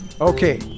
Okay